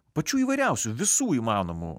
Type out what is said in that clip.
pačių įvairiausių visų įmanomų